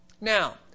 Now